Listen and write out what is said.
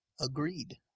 Agreed